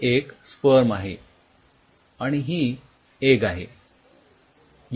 हे एक स्पर्म आहे आणि ही एग आहे